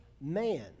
man